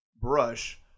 brush